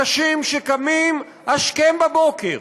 אנשים שקמים השכם בבוקר,